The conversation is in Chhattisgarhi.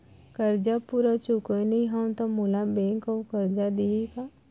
करजा पूरा चुकोय नई हव त मोला बैंक अऊ करजा दिही का?